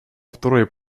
второй